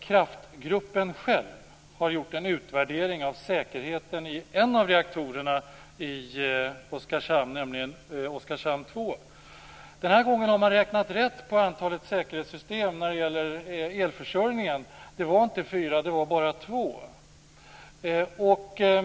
Kraftgruppen själv har gjort en utvärdering av säkerheten i en av reaktorerna i Oskarshamn, nämligen Oskarshamn 2. Denna gång har man räknat rätt på antalet säkerhetssystem när det gäller elförsörjningen. Det var inte fyra, utan det var bara två.